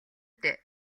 дээ